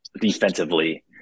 defensively